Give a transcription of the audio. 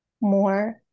more